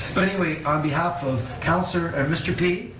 but anyway, on behalf of councilor, and mr. p.